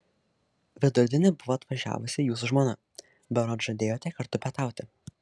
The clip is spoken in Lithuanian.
vidurdienį buvo atvažiavusi jūsų žmona berods žadėjote kartu pietauti